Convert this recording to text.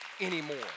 anymore